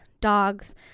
dogs